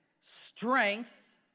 strength